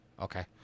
Okay